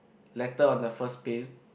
letter on the first paint